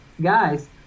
guys